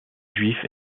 juifs